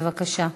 בבקשה.